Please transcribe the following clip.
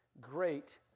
great